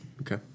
Okay